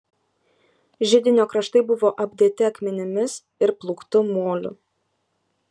židinio kraštai buvo apdėti akmenimis ir plūktu moliu